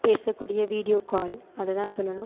பேசக்கூடிய video call அதை தான் சொல்லணும்